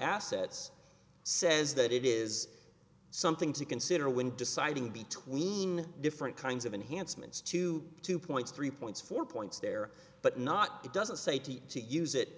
assets says that it is something to consider when deciding between different kinds of enhancements to two points three points four points there but not doesn't say to use it